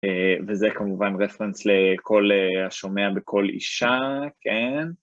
וזה כמובן רפרנס לכל השומע בקול אישה, כן.